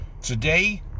today